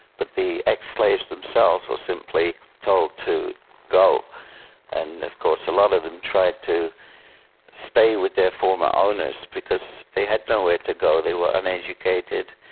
but the ex-slaves themselves were simply told to go and of course a lot of them tried to stay with their former owners because they had nowhere to go. they were uneducated,